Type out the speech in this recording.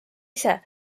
ise